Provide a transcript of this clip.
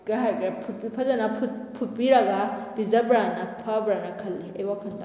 ꯀꯩ ꯍꯥꯏꯈ꯭ꯔꯦ ꯐꯨꯠꯄꯨ ꯐꯖꯅ ꯐꯨꯠꯄꯤꯔꯒ ꯄꯤꯖꯕꯅ ꯐꯕ꯭ꯔꯥ ꯍꯥꯏꯅ ꯈꯜꯂꯤ ꯑꯩ ꯋꯥꯈꯟꯗ